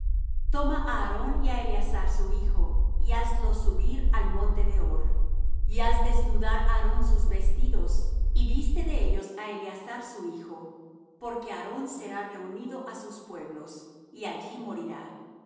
toma á aarón y á eleazar su hijo y hazlos subir al monte de hor y haz desnudar á aarón sus vestidos y viste de ellos á eleazar su hijo porque aarón será reunido á sus pueblos y allí morirá